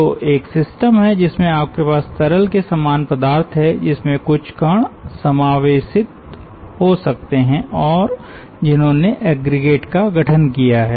तो एक सिस्टम है जिसमें आपके पास तरल के समान पदार्थ है जिसमें कुछ कण समावेशित हो सकते हैं और जिन्होंने एग्रीगेट का गठन किया है